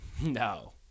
No